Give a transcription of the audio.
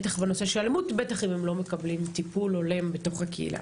בטח בנושא של אלימות ובטח אם הם לא מקבלים טפול הולם בתוך הקהילה.